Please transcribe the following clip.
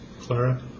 Clara